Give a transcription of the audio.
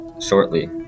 shortly